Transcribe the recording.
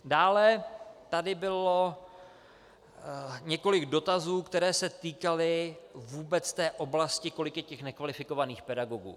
Dále tady bylo několik dotazů, které se týkaly vůbec oblasti, kolik je nekvalifikovaných pedagogů.